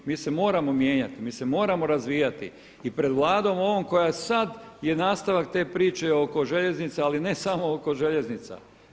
Mi se moramo mijenjati, mi se moramo razvijati i pred Vladom ovom koja sad je nastavak te priče oko željeznice, ali ne samo oko željeznica.